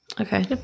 Okay